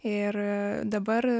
ir dabar